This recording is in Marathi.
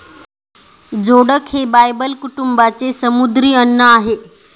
जोडक हे बायबल कुटुंबाचे समुद्री अन्न आहे